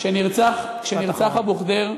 כשנרצח אבו ח'דיר,